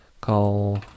call